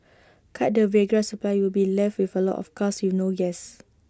cut the Viagra supply you'll be left with A lot of cars with no gas